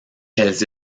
elles